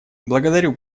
благодарю